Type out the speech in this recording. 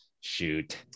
shoot